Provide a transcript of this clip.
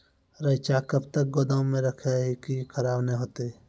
रईचा कब तक गोदाम मे रखी है की खराब नहीं होता?